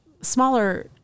smaller